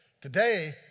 Today